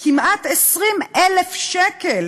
כמעט 20,000 שקל,